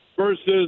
versus